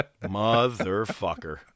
Motherfucker